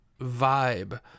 vibe